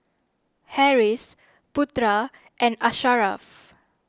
Harris Putra and Asharaff